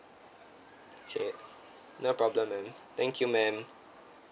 K no problem ma'am thank you ma'am